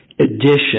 edition